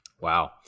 Wow